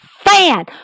Fan